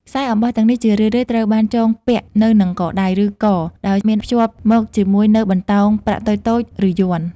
ខ្សែអំបោះទាំងនេះជារឿយៗត្រូវបានចងពាក់នៅនឹងកដៃ ឬ ក ដោយមានភ្ជាប់មកជាមួយនូវបន្តោងប្រាក់តូចៗ ឬយ័ន្ត។